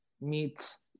Meets